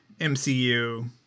MCU